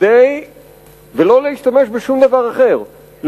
לצום ולא להוציא כסף על שום דבר אחר,